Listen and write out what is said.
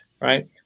right